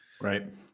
Right